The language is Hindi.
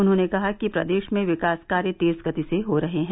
उन्होंने कहा कि प्रदेश में विकास कार्य तेज गति से हो रहे हैं